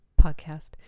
podcast